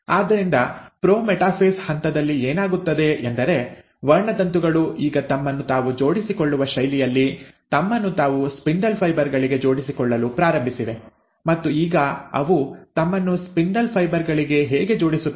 ಆದ್ದರಿಂದ prometaphase ಹಂತದಲ್ಲಿ ಏನಾಗುತ್ತದೆ ಎಂದರೆ ವರ್ಣತಂತುಗಳು ಈಗ ತಮ್ಮನ್ನು ತಾವು ಜೋಡಿಸಿಕೊಳ್ಳವ ಶೈಲಿಯಲ್ಲಿ ತಮ್ಮನ್ನು ತಾವು ಸ್ಪಿಂಡಲ್ ಫೈಬರ್ ಗಳಿಗೆ ಜೋಡಿಸಿಕೊಳ್ಳಲು ಪ್ರಾರಂಭಿಸಿವೆ ಮತ್ತು ಈಗ ಅವು ತಮ್ಮನ್ನು ಸ್ಪಿಂಡಲ್ ಫೈಬರ್ ಗಳಿಗೆ ಹೇಗೆ ಜೋಡಿಸುತ್ತವೆ